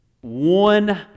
One